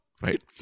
right